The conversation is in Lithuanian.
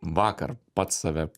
vakar pats save